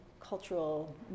cultural